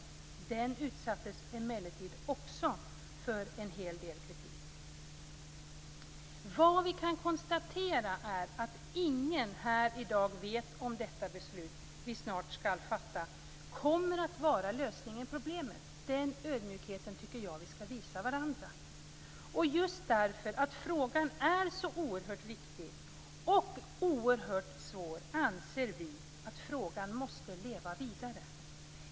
Utredningen utsattes emellertid också för en hel del kritik. Vi kan konstatera att ingen här i dag vet om det beslut som vi snart skall fatta kommer att vara lösningen på problemet. Den ödmjukheten tycker jag att vi skall visa varandra. Just därför att frågan är så oerhört viktig och svår anser vi i Folkpartiet att den måste leva vidare.